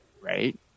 Right